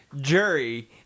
jury